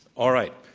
all right.